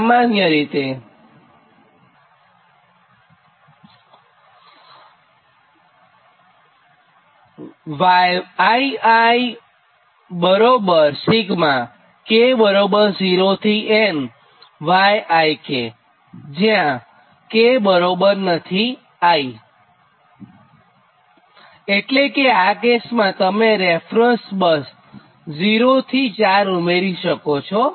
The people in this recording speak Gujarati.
સામાન્ય રીતે એટલે કે આ કેસમાં તમે રેફરન્સ બસ 0 થી 4 ઉમેરી શકો છો